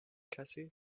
cassie